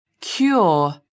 cure